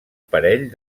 parell